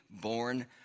born